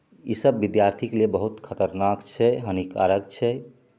ईसब विद्यार्थीके लिए बहुत खतरनाक छै हानिकारक छै